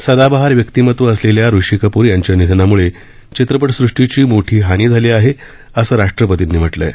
सदाबहार व्यक्तिमत्व असलेल्या ऋषी कप्र यांच्या निधनामुळे चित्रपटसृष्टीचीं मोठी हानी झाली आहे असं राष्ट्रपतींनी म्हटलंय